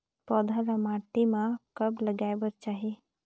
पौधा ल माटी म कब लगाए बर चाही?